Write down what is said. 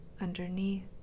underneath